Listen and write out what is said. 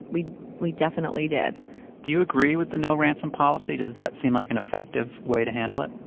we we definitely did do you agree with the no-ransom policy? does that seem like an effective way to handle it?